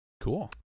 Cool